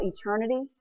eternity